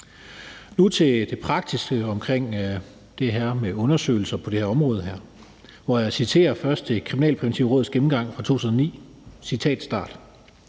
Nu til det praktiske om det her med undersøgelser på det her område, hvor jeg først citerer Det Kriminalpræventive Råds gennemgang fra 2009. Citat start: